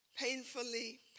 painfully